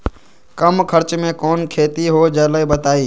कम खर्च म कौन खेती हो जलई बताई?